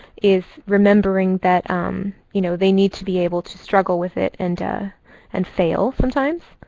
is remembering that you know they need to be able to struggle with it and and fail sometimes.